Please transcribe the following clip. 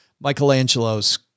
Michelangelo's